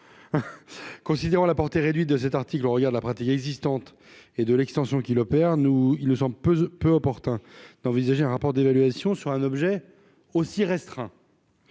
considérant la portée réduite de cet article, regarde la pratique existante et de l'extension qu'il opère nous il nous semble peu peu opportun d'envisager un rapport d'évaluation sur un objet aussi restreint.